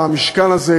במשכן הזה,